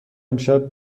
امشب